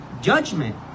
judgment